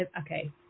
Okay